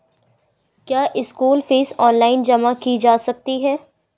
क्या school fees online जमा की जा सकती है?